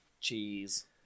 Cheese